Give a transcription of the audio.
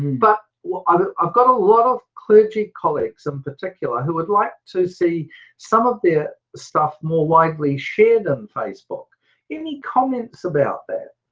but and i've got a lot of clergy colleagues in particular who would like to see some of their stuff more widely shared on facebook any comments about that?